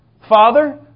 Father